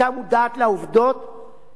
היא לא היתה אומרת את הדברים שהיא אמרה,